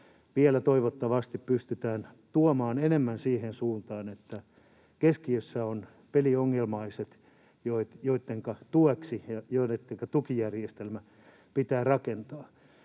toivottavasti pystytään tuomaan enemmän siihen suuntaan, että keskiössä ovat peliongelmaiset, joittenka tueksi tukijärjestelmä pitää rakentaa.